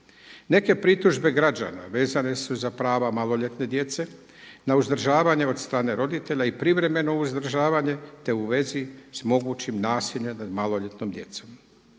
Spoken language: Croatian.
Neke pritužbe građana vezane su za prava maloljetne djece, na uzdržavanje od strane roditelja i privremeno uzdržavanje te u vezi s mogućim nasiljem nad maloljetnom djecom.